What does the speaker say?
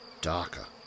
darker